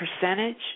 percentage